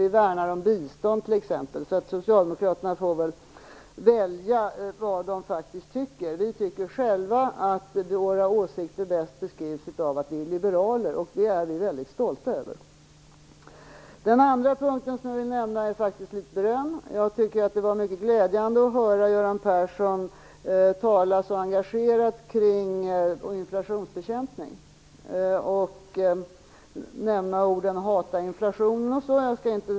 Vi vill t.ex. värna om bistånd, så socialdemokraterna får väl välja vad de faktiskt tycker. Själva tycker vi att våra åsikter bäst beskrivs som att vi är liberaler, och det är vi väldigt stolta över. För det andra vill jag ge litet beröm. Jag tycker att det var mycket glädjande att höra Göran Persson tala så engagerat kring inflationsbekämpning. Han talade om att "hata inflationen" och sådant.